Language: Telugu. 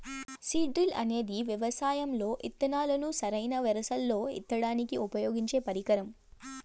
సీడ్ డ్రిల్ అనేది వ్యవసాయం లో ఇత్తనాలను సరైన వరుసలల్లో ఇత్తడానికి ఉపయోగించే పరికరం